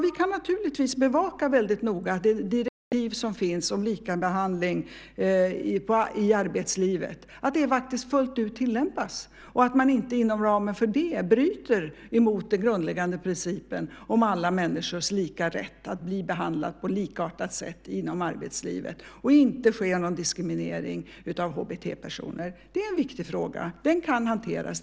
Vi kan naturligtvis noga bevaka att det direktiv som finns om likabehandling i arbetslivet tillämpas fullt ut och att man inte inom ramen för det bryter mot den grundläggande principen om alla människors lika rätt att bli behandlade på likartat sätt inom arbetslivet och att det inte sker en diskriminering av HBT-personer. Det är en viktig fråga. Den kan hanteras.